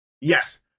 Yes